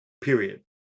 period